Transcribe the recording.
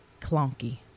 clunky